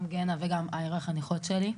גם גנה וגם איירה הן חניכות שלי.